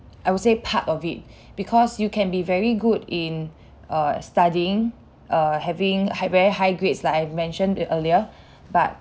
I would say part of it because you can be very good in err studying err having high very high grades like I've mentioned earlier but